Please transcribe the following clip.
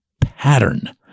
pattern